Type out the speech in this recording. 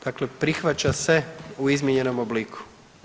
Dakle, prihvaća se u izmijenjenom obliku.